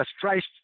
Christ